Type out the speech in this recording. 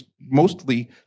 mostly